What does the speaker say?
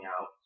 out